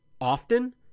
often